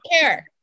care